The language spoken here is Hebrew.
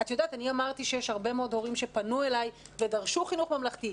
אמרתי שיש הרבה מאוד הורים שפנו אליי ודרשו חינוך ממלכתי,